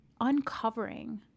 uncovering